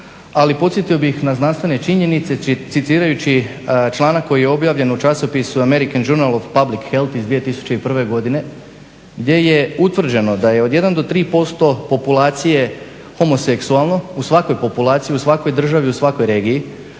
Ali podsjetio bih na znanstvene činjenice citirajući članak koji je objavljen u časopisu American Jurnal of public Health iz 2001. godine gdje je utvrđeno da je od 1 do 3% populacije homoseksualno, u svakoj populaciji, u svakoj državi, u svakoj regiji.